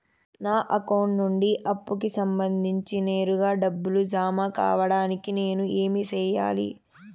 నా అకౌంట్ నుండి అప్పుకి సంబంధించి నేరుగా డబ్బులు జామ కావడానికి నేను ఏమి సెయ్యాలి?